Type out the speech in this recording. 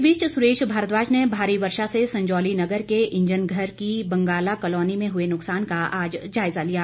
इस बीच सुरेश भारद्वाज ने भारी वर्षा से संजौली नगर के ईंजर घर की बंगाला कलौनी में हुए नुकसान का आज जायजा लिया